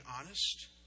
honest